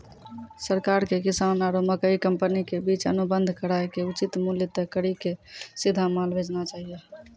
सरकार के किसान आरु मकई कंपनी के बीच अनुबंध कराय के उचित मूल्य तय कड़ी के सीधा माल भेजना चाहिए?